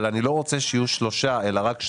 אבל אני לא רוצה שיהיו שלושה, אלא רק שניים.